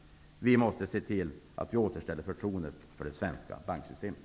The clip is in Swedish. Vi måste se till att vi återställer förtroendet för det svenska banksystemet.